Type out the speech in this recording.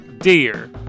dear